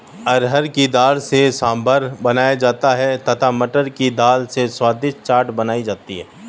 अरहर की दाल से सांभर बनाया जाता है तथा मटर की दाल से स्वादिष्ट चाट बनाई जाती है